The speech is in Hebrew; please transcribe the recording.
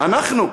אנחנו.